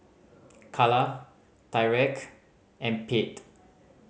Calla Tyreke and Pate